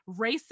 racist